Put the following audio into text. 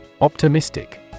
Optimistic